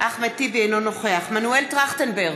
אינו נוכח מנואל טרכטנברג,